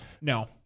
No